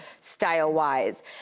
style-wise